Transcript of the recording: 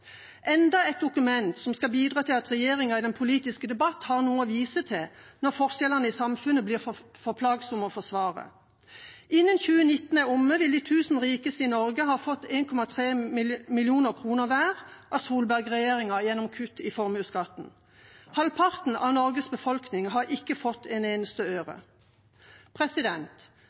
enda en utredning, enda et dokument som skal bidra til at regjeringa i den politiske debatten har noe å vise til når forskjellene i samfunnet blir for plagsomme å forsvare. Innen 2019 er omme, vil de tusen rikeste i Norge ha fått 1,3 mill. kr hver av Solberg-regjeringa gjennom kutt i formuesskatten. Halvparten av Norges befolkning har ikke fått et eneste øre.